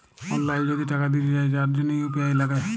অললাইল যদি টাকা দিতে চায় তার জনহ ইউ.পি.আই লাগে